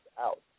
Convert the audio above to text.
out